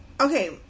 Okay